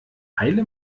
heile